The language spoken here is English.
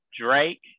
Drake